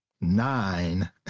nine